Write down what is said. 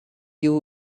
you